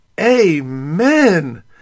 Amen